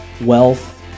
wealth